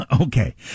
okay